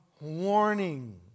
warning